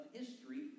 history